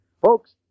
Folks